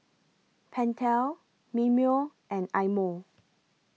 Pentel Mimeo and Eye Mo